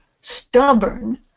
stubborn